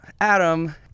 Adam